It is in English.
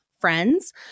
friends